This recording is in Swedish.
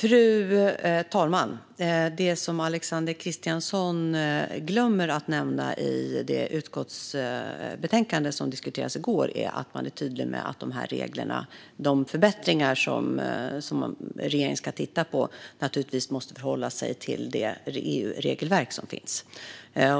Fru talman! Det som Alexander Christiansson glömmer att nämna om det utskottsbetänkande som diskuterades i går är att man är tydlig med att förbättringarna som regeringen ska titta på naturligtvis måste förhålla sig till det EU-regelverk som finns.